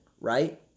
right